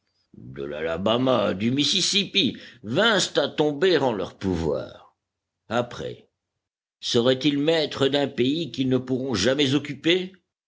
de l'alabama du mississippi vinssent à tomber en leur pouvoir après seraient-ils maîtres d'un pays qu'ils ne pourront jamais occuper